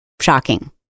Shocking